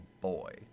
boy